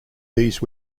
these